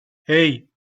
hey